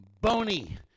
bony